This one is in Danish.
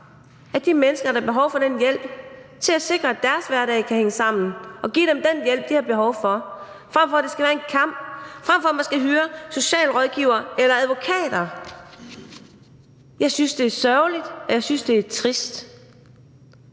at de mennesker, der har behov for den hjælp, får det, og sikre, at deres hverdag kan hænge sammen, altså give dem den hjælp, de har behov for, frem for at det skal være en kamp, og frem for at man skal hyre socialrådgivere eller advokater. Jeg synes, det er sørgeligt, og jeg synes, det er trist.